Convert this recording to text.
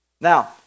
Now